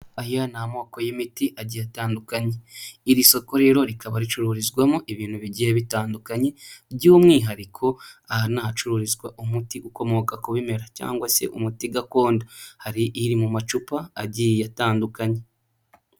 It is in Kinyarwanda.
Aya ni amoko y'imiti agiye atandukanye, iri soko rero rikaba ricururizwamo ibintu bigiye bitandukanye, by'umwihariko aha ni ahacururizwa umuti ukomoka ku bimera cyangwa se umuti gakondo, hari iri mu macupa agiye atandukanye.